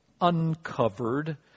uncovered